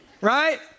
Right